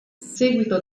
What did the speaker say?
seguito